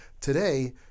Today